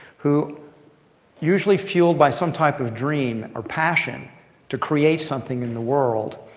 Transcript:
who usually fueled by some type of dream or passion to create something in the world,